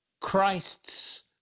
Christ's